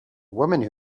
woman